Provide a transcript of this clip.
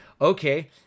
okay